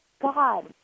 God